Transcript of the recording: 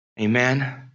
Amen